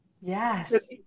Yes